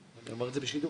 ואני אומר את זה בשידור,